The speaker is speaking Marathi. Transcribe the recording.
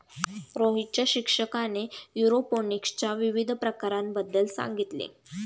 रोहितच्या शिक्षकाने एरोपोनिक्सच्या विविध प्रकारांबद्दल सांगितले